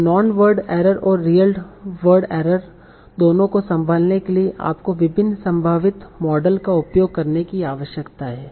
अब non word error और real word error दोनों को संभालने के लिए आपको विभिन्न संभावित मॉडल का उपयोग करने की आवश्यकता है